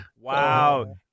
Wow